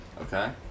Okay